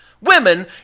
Women